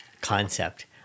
concept